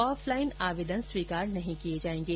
offline आवेदन स्वीकार नहीं किए जाएंगे